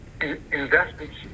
Investments